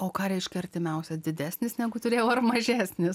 o ką reiškia artimiausias didesnis negu turėjau ar mažesnis